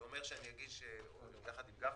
זה אומר שאני אגיש יחד עם גפני,